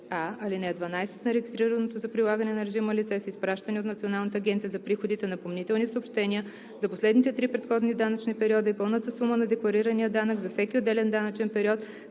ал. 12 на регистрираното за прилагане на режима лице са изпращани от Националната агенция за приходите напомнителни съобщения за последните три предходни данъчни периода и пълната сума на декларирания данък за всеки отделен данъчен период